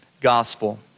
gospel